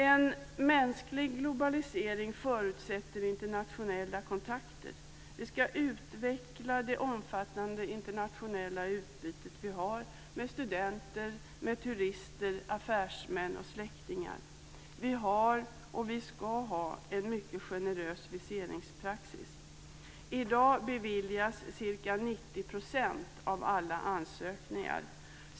En mänsklig globalisering förutsätter internationella kontakter. Vi ska utveckla det omfattande internationella utbyte vi har av studenter, turister, affärsmän och släktingar. Vi har, och vi ska ha, en mycket generös viseringspraxis. I dag beviljas ca 90 % av alla ansökningar.